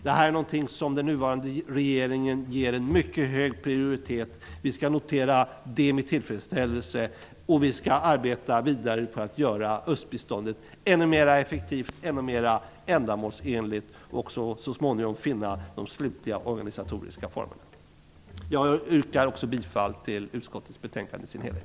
Det här är någonting som den nuvarande regeringen ger en mycket hög prioritet. Vi skall notera det med tillfredsställelse, och vi skall arbeta vidare för att göra östbiståndet ännu mera effektivt, ändamålsenligt och också så småningom finna de slutliga organisatoriska formerna för det. Jag yrkar bifall till utskottets hemställan i dess helhet.